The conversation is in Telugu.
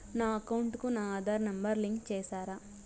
నా అకౌంట్ కు నా ఆధార్ నెంబర్ లింకు చేసారా